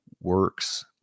works